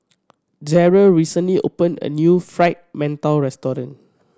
Garold recently opened a new Fried Mantou restaurant